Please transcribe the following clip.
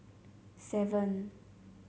seven